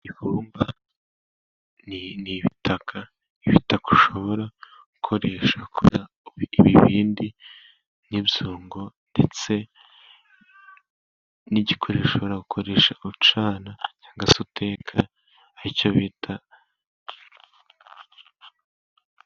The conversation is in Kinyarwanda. Ibumba ni ibitaka, ibitaka ushobora gukoresha ukora ibibindi n'ibyungo. Ndetse ni igikoresho ukoresha ucana cyangwa se uteka, ari icyo bita ishyiga.